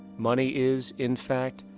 money is, in fact,